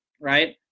right